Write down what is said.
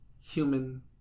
human